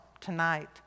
tonight